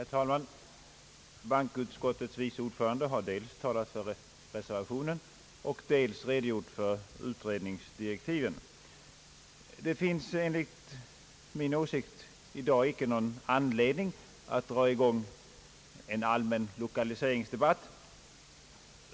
Herr talman! Bankoutskottets vice ordförande har dels talat för reservationen och dels redogjort för utredningsdirektiven. Det finns enligt min åsikt i dag icke någon anledning att dra i gång en allmän lokaliseringsdebatt.